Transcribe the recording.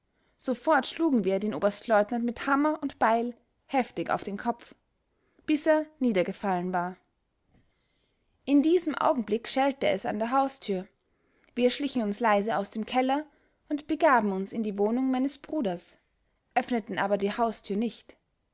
sofort schlugen wir den oberstleutnant mit hammer und beil heftig auf den kopf bis er niedergefallen war in diesem augenblick schellte es an der haustür wir schlichen uns leise aus dem keller und begaben uns in die wohnung meines bruders öffneten aber die haustür nicht